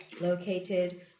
located